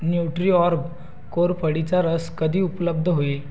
Nutriorg कोरफडीचा रस कधी उपलब्ध होईल